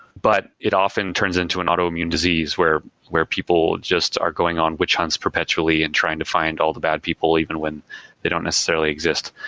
but it often turns into an autoimmune disease where where people just are going on witch hunts perpetually in trying to find all the bad people even when they don't necessarily exist.